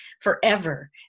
forever